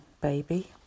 baby